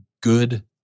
good